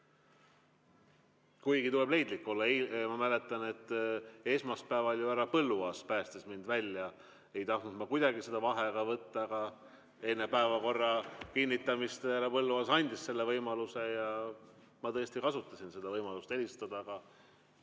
Kuigi tuleb leidlik olla. Ma mäletan, et esmaspäeval härra Põlluaas päästis mind välja. Ei tahtnud ma kuidagi seda vaheaega võtta, aga enne päevakorra kinnitamist härra Põlluaas andis selle võimaluse ja ma tõesti kasutasin seda võimalust helistada, aga